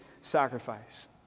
sacrifice